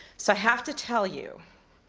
so i have to tell you,